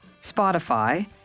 Spotify